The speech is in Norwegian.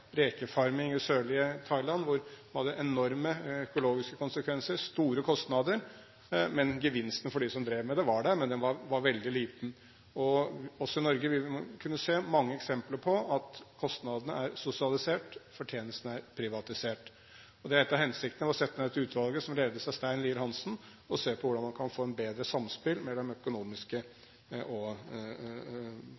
i sørlige Thailand, med enorme økologiske konsekvenser og store kostnader. Gevinsten for dem som drev med det, var der, men den var veldig liten. Også i Norge vil man kunne se mange eksempler på at kostnadene er sosialisert, fortjenesten er privatisert. En av hensiktene med å sette ned dette utvalget, som ledes av Stein Lier-Hansen, er å se på hvordan man kan få et bedre samspill mellom økonomiske